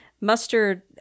mustard